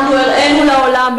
אנחנו הראינו לעולם,